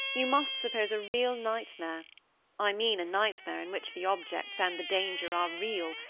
you must suppose a real night-mare i mean a night-mare in which the objects and the danger are real,